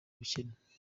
ubukene